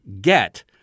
get